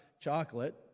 chocolate